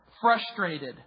frustrated